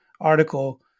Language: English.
article